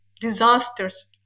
disasters